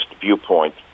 viewpoint